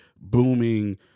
booming